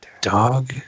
Dog